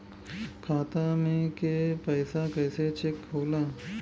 खाता में के पैसा कैसे चेक होला?